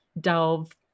delve